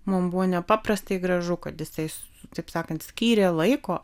mum buvo nepaprastai gražu kad jisai taip sakant skyrė laiko